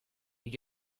you